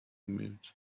moods